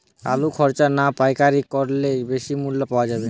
আলু খুচরা না পাইকারি করলে বেশি মূল্য পাওয়া যাবে?